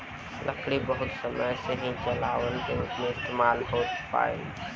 लकड़ी बहुत समय से ही जलावन के रूप में इस्तेमाल होत आईल बा